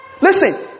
Listen